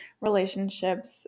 relationships